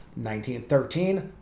1913